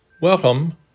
Welcome